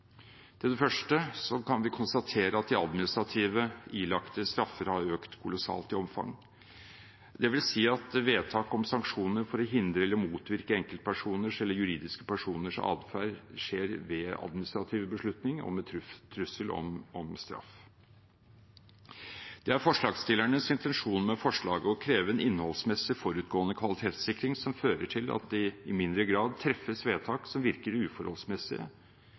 Til det første kan vi konstatere at de administrative ilagte straffer har økt kolossalt i omfang. Det vil si at vedtak om sanksjoner for å hindre eller motvirke enkeltpersoners eller juridiske personers atferd skjer ved administrative beslutninger og med trussel om straff. Det er forslagsstillernes intensjon med forslaget å kreve en innholdsmessig forutgående kvalitetssikring som fører til at det i mindre grad treffes vedtak som virker uforholdsmessige